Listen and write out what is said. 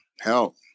hell